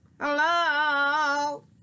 hello